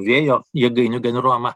vėjo jėgainių generuojama